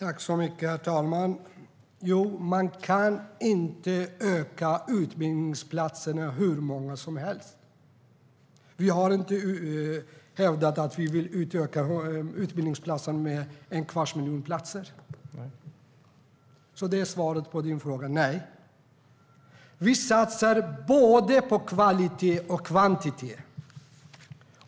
Herr talman! Man kan inte öka utbildningsplatserna hur mycket som helst. Vi har inte hävdat att vi vill utöka antalet utbildningsplatser med en kvarts miljon. Svaret på den frågan är alltså nej. Vi satsar både på kvalitet och på kvantitet.